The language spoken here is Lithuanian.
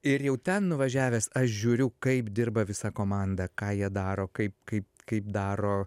ir jau ten nuvažiavęs aš žiūriu kaip dirba visa komanda ką jie daro kaip kaip kaip daro